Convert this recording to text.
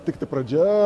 tiktai pradžia